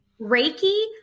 Reiki